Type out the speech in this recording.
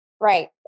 Right